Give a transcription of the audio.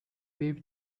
baby